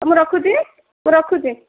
ହଉ ମୁଁ ରଖୁଛି ମୁଁ ରଖୁଛି